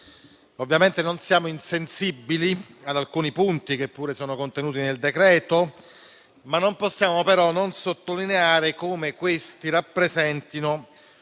Ovviamente non siamo insensibili ad alcuni punti che pure sono contenuti nel decreto-legge, ma non possiamo non sottolineare come questi rappresentino